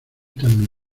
tan